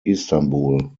istanbul